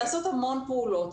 נעשות המון פעולות.